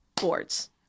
boards